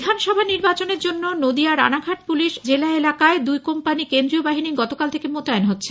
বিধানসভা নির্বাচনের জন্য নদীয়া রানাঘাট পুলিশ জেলা এলাকায় দুকোম্পানি কেন্দ্রীয় বাহিনী গতকাল থেকে মোতায়ন হচ্ছে